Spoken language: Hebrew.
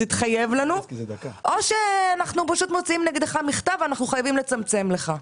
או שאנחנו מוציאים נגדך מכתב ומצמצמים לך".